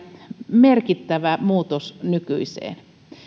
merkittävä muutos nykyiseen